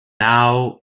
now